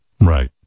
Right